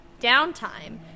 downtime